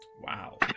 Wow